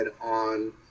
on